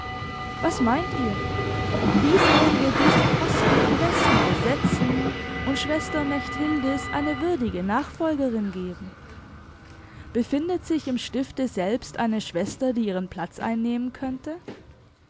was meint ihr wie sollen wir diesen posten am besten besetzen und schwester mechthildis eine würdige nachfolgerin geben befindet sich im stifte selbst eine schwester die ihren platz einnehmen könnte